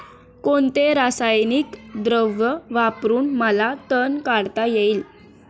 कोणते रासायनिक द्रव वापरून मला तण काढता येईल?